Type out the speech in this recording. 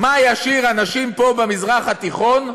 מה ישאיר אנשים פה, במזרח התיכון,